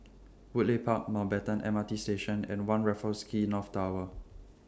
Woodleigh Park Mountbatten M R T Station and one Raffles Quay North Tower